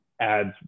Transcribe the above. ads